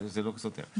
זה לא סותר.